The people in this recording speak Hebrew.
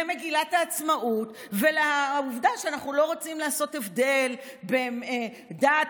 למגילת העצמאות ולעובדה שאנחנו לא רוצים לעשות הבדל בין דת,